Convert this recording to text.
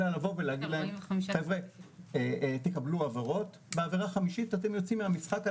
אלא לבוא ולהגיד להם שיקבלו עבירות ובעבירה החמישית הם יוצאים מהמשחק,